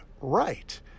right